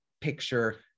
picture